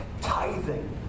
Tithing